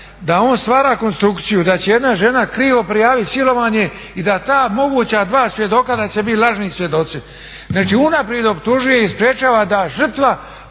da on stvara konstrukciju da će jedna žena krivo prijavit silovanje i da ta moguća dva svjedoka da će bit lažni svjedoci. Znači unaprijed optužuje i sprečava da žrtva